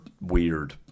weird